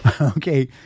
Okay